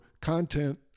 content